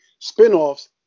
spinoffs